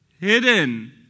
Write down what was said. hidden